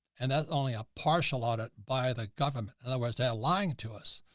and that's only a partial audit by the government. otherwise they are lying to us.